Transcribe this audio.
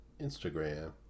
Instagram